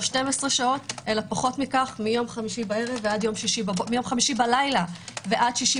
לא 12 שעות אלא פחות מכך - מיום חמישי בלילה ועד שישי